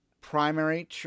primary